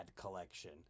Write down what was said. collection